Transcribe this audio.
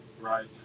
Right